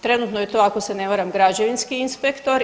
Trenutno je to ako se ne varam građevinski inspektor.